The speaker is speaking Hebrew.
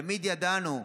תמיד ידענו,